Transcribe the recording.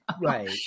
Right